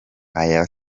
aya